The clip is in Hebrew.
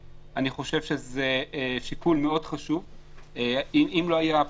תעשו את זה בשיתוף פעולה עם כולם עם הגדולים,